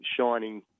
Shining